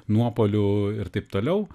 nuopuolių ir taip toliau